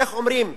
איך אומרים?